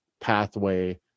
pathway